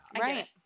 right